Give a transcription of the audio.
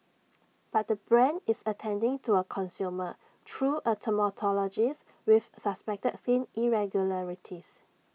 but the brand is attending to A consumer through A dermatologist with suspected skin irregularities